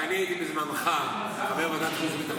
כשאני הייתי בזמנך חבר ועדת החוץ והביטחון